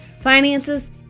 finances